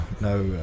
no